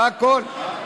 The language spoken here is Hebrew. זה הכול.